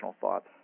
thoughts